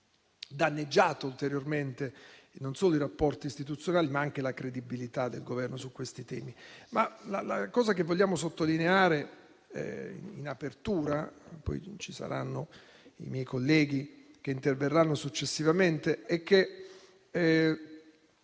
danneggiato ulteriormente non solo i rapporti istituzionali, ma anche la credibilità del Governo su questi temi. Ciò che vogliamo sottolineare in apertura (poi i miei colleghi interverranno successivamente) è che